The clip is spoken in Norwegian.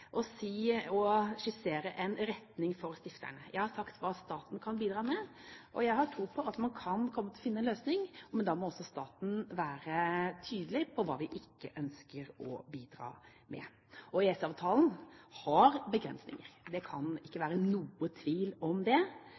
å skissere en retning for stifterne. Jeg har sagt hva staten kan bidra med, og jeg har tro på at man kan komme til å finne en løsning, men da må også staten være tydelig på hva vi ikke ønsker å bidra med. Og EØS-avtalen har begrensninger – det kan det ikke være noen tvil om